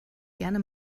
gerne